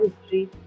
history